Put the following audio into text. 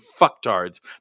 fucktards